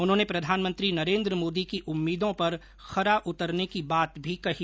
उन्होने प्रधानमंत्री नरेन्द्र मोदी की उम्मीदों पर खरा उतरने की बात भी कही